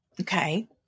Okay